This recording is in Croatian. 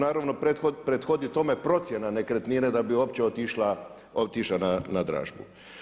Naravno prethodi tome procjena nekretnine da bi uopće otišo na dražbu.